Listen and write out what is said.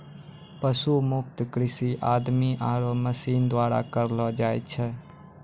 पशु मुक्त कृषि आदमी आरो मशीन द्वारा करलो जाय छै